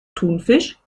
thunfisch